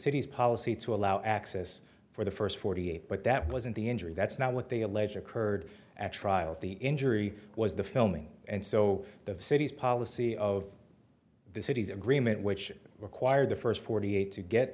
city's policy to allow access for the first forty eight but that wasn't the injury that's not what they allege occurred at trial the injury was the filming and so the city's policy of the city's agreement which required the first forty